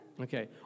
Okay